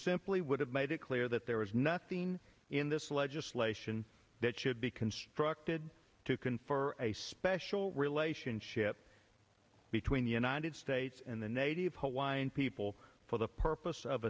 simply would have made it clear that there was nothing in this legislation that should be constructed to confer a special relationship between the united states and the native hawaiian people for the purpose of